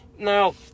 now